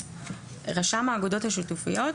אנחנו מדברים על יחידות דיור משווקות.